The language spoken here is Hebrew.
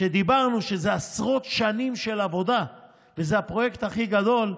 כשאמרנו שזה עשרות שנים של עבודה וזה הפרויקט הכי גדול,